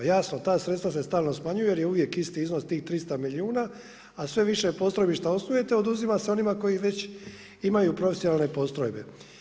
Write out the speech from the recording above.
Jasno, ta sredstva se stalno smanjuju jer je uvijek isti iznos tih 300 milijuna, a sve više postrojbi što osnujete oduzima se onima koji već imaju profesionalne postrojbe.